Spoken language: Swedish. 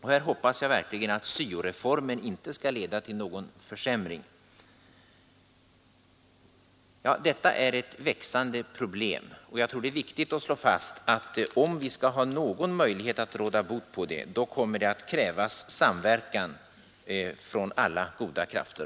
Här hoppas jag verkligen att SYO-reformen inte skall leda till någon försämring. Studieavbrotten är ett växande problem, och jag tror det är viktigt att slå fast att om vi skall ha någon möjlighet att råda bot på det så kommer det att krävas samverkan mellan alla goda krafter.